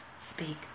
speak